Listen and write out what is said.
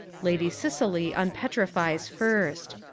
lady cicely unpetrifies first.